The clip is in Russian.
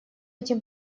этим